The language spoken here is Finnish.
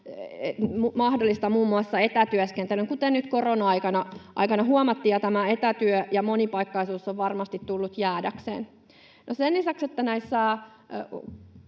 mahdollistaa muun muassa etätyöskentelyn, kuten korona-aikana huomattiin, ja tämä etätyö ja monipaikkaisuus ovat varmasti tulleet jäädäkseen. No, sen lisäksi, että kotien